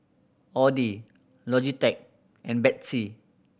Audi Logitech and Betsy